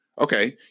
Okay